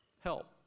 help